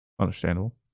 Understandable